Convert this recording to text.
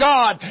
God